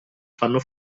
fanno